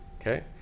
Okay